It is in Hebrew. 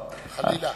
חלילה.